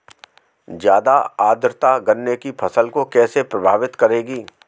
ज़्यादा आर्द्रता गन्ने की फसल को कैसे प्रभावित करेगी?